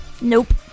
Nope